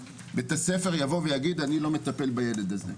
בית-הספר יבוא ויגיד "אני לא מטפל בילד הזה",